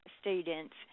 students